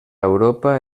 europa